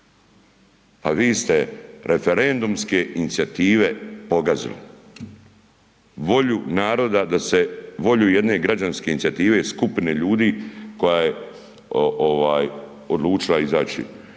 a vi ste referendumske inicijative pogazili, volju naroda da se, volju jedne građanske inicijative, skupine ljudi koja je odlučila izaći,